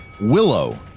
Willow